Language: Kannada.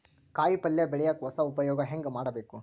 ಕಾಯಿ ಪಲ್ಯ ಬೆಳಿಯಕ ಹೊಸ ಉಪಯೊಗ ಹೆಂಗ ಮಾಡಬೇಕು?